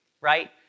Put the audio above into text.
right